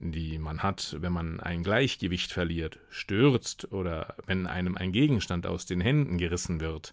die man hat wenn man ein gleichgewicht verliert stürzt oder wenn einem ein gegenstand aus den händen gerissen wird